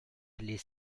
lès